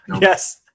Yes